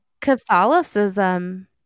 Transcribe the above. Catholicism